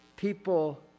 people